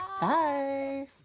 Bye